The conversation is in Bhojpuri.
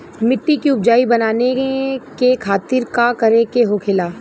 मिट्टी की उपजाऊ बनाने के खातिर का करके होखेला?